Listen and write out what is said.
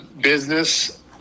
business